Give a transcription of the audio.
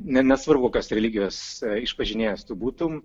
ne nesvarbu kokios religijos išpažinėjas tu būtum